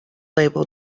label